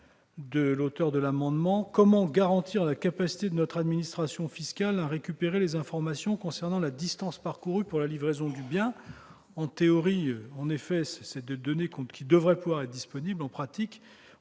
de l'auteur de cet amendement. En effet, comment garantir la capacité de notre administration fiscale à récupérer les informations concernant la distance parcourue pour la livraison du bien ? En théorie, ces données devraient pouvoir être disponibles ; en pratique, on